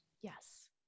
Yes